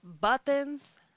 buttons